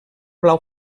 blau